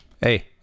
hey